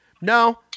No